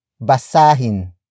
Basahin